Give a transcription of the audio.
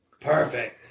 Perfect